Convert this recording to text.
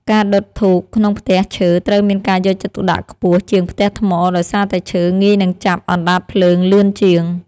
ការដុតធូបក្នុងផ្ទះឈើត្រូវមានការយកចិត្តទុកដាក់ខ្ពស់ជាងផ្ទះថ្មដោយសារតែឈើងាយនឹងចាប់អណ្តាតភ្លើងលឿនជាង។